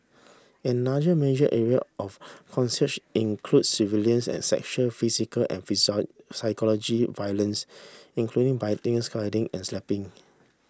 another major area of coercion include surveillance and sexual physical and psychological violence including biting scalding and slapping